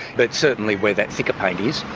but certainly where that thicker paint is,